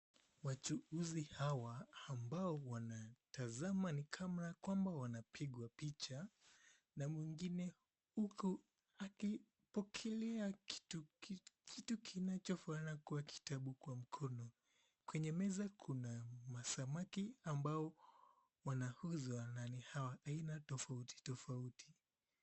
Wachuuzi hawa ambao wanatazama ni kana kwamba wanapigwa picha na mwingine huku akipokelea kitu kinachofanana kuwa kitabu kwa mkono. Kwenye meza kuna masamaki ambao wanauzwa na ni wa aina tofauti tofauti.